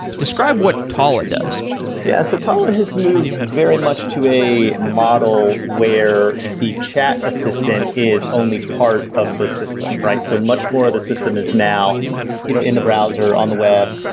describe what talla does yeah. so talla has moved very much to a model where the chat assistant is only part of the system. so much more the system is now you know in the browser, on the web.